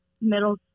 middle